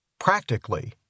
Practically